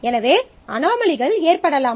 எனவே அனோமலிகள் ஏற்படலாம்